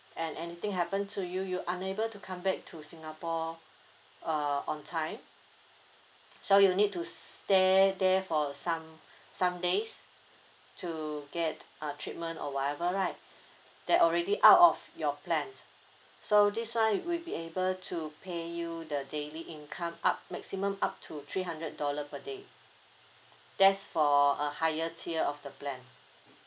and anything happen to you you unable to come back to singapore uh on time so you need to stay there for some some days to get uh treatment or whatever right that already out of your plan so this [one] will be able to pay you the daily income up maximum up to three hundred dollar per day that's for a higher tier of the plan